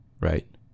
right